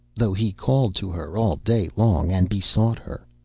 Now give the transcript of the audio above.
though he called to her all day long and besought her.